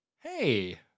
Hey